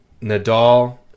Nadal